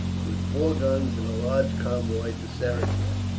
with four guns and a large convoy, to seringam,